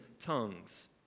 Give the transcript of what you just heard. tongues